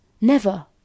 Never